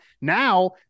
Now